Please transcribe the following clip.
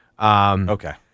Okay